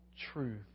truth